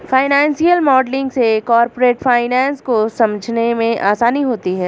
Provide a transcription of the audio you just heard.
financial modelling से corporate finance को समझने में आसानी होती है